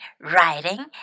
writing